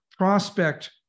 Prospect